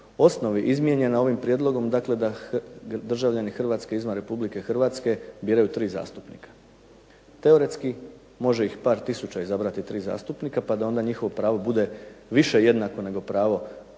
osnovi izmijenjena ovim prijedlogom dakle da državljani Hrvatske izvan RH biraju 3 zastupnika. Teoretski može ih par tisuća izabrati 3 zastupnika pa da onda njihovo pravo bude više jednako nego pravo državljana